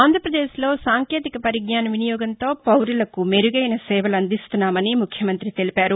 ఆంధ్రపదేశ్లో సాంకేతిక పరిజ్ఞాన వినియోగంతో పౌరులకు మెరుగైన సేవలందిస్తున్నామని ముఖ్యమంతి తెలిపారు